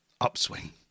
upswing